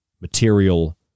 material